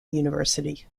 university